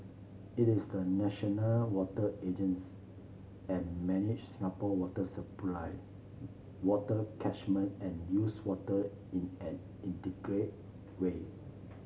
it is the national water and manages Singapore water supply water catchment and used water in an integrated way